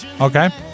Okay